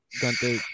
Gunther